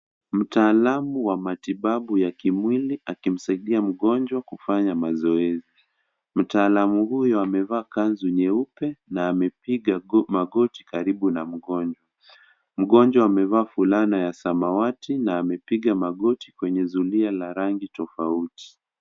Mtaalamu wa matibabu ya kimwili akimsaidia mgonjwa kufanya mazoezi. Mtaalamu huyo amevaa kanzu nyeupe na amepiga magoti karibu na mgonjwa. Mgonjwa amevaa fulana ya samawati na amepiga magoti kwenye dunia na rangi tofauti.